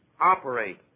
operate